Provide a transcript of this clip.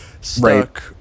stuck